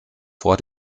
vor